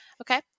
okay